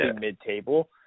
mid-table